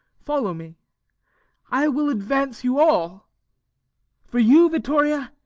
follow me i will advance you all for you, vittoria,